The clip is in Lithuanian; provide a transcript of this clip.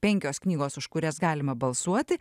penkios knygos už kurias galima balsuoti